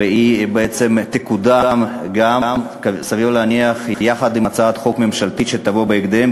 וסביר להניח שהיא בעצם תקודם יחד עם הצעת חוק ממשלתית שתבוא בהקדם,